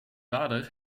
vader